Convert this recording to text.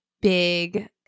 big